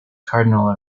cardinal